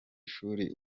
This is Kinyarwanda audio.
ishuri